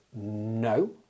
no